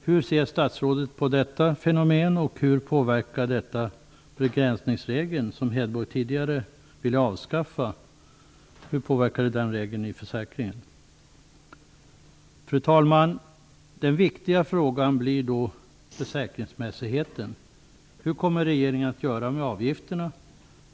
Hur ser statsrådet på detta fenomen, och hur påverkar detta begränsningsregeln som Anna Hedborg tidigare ville avskaffa? Fru talman! Den viktiga frågan gäller då försäkringsmässigheten. Hur kommer regeringen att göra med avgifterna?